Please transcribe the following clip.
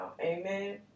Amen